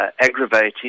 aggravating